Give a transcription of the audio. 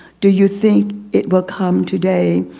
do you think it will come today?